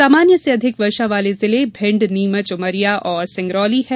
सामान्य से अधिक वर्षा वाले जिले भिण्ड नीमच उमरिया और सिंगरौली हैं